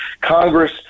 Congress